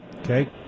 Okay